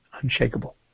unshakable